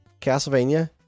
Castlevania